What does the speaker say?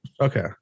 okay